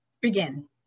begin